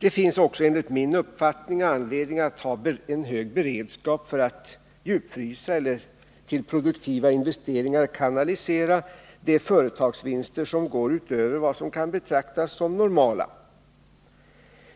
Det finns också enligt min uppfattning anledning att ha en hög beredskap för att djupfrysa eller till produktiva investeringar kanalisera de företagsvinster som går utöver vad som kan betraktas som normalt.